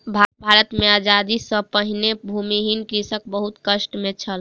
भारत मे आजादी सॅ पहिने भूमिहीन कृषक बहुत कष्ट मे छल